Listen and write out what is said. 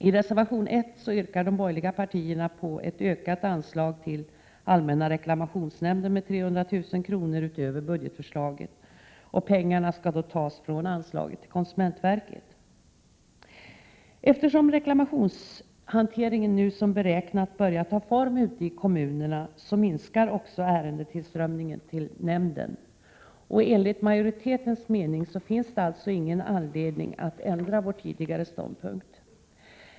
I reservation 1 yrkar de borgerliga partierna på ett ökat anslag till allmänna reklamationsnämnden med 300 000 kr. utöver budgetförslaget. Pengarna skall tas från anslaget till konsumentverket. Eftersom reklamationshanteringen nu som beräknat börjar ta form ute i kommunerna, minskar också ärendetillströmningen till nämnden. Enligt majoritetens mening finns det alltså ingen anledning att ändra vår tidigare ståndpunkt.